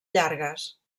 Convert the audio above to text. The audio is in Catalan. llargues